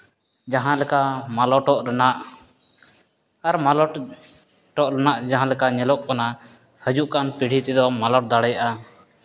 ᱡᱟᱦᱟᱸ ᱞᱮᱠᱟ ᱢᱟᱞᱚᱴᱚᱜ ᱨᱮᱱᱟᱜ ᱟᱨ ᱢᱟᱞᱚᱴᱚᱜ ᱨᱮᱱᱟᱜ ᱡᱟᱦᱟᱸ ᱞᱮᱠᱟ ᱧᱮᱞᱚᱜ ᱠᱟᱱᱟ ᱦᱤᱡᱩᱜ ᱠᱟᱱ ᱯᱤᱲᱦᱤ ᱛᱮᱫᱚ ᱢᱟᱞᱚᱴ ᱫᱟᱲᱮᱭᱟᱜᱼᱟ